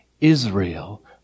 Israel